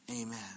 Amen